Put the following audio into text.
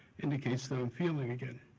indicates that i'm feeling again.